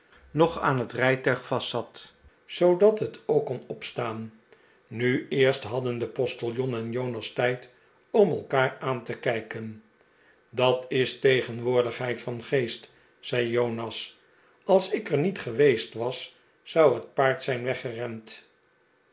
nog aan het rijtuig vast zat zoodat het ook kon opstaan nu eerst hadden de postiljon en jonas tijd om elkaar aan te kijken dat is tegenwoordigheid van geest zei jonas als ik er niet geweest was zou het paard zijn weggerend